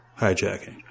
hijacking